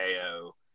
KO